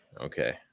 Okay